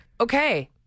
Okay